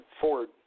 Ford